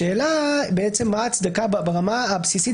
בעצם השאלה מה ההצדקה ברמה הבסיסית